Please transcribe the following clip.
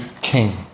king